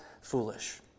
foolish